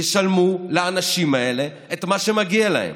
תשלמו לאנשים האלה את מה שמגיע להם,